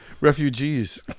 refugees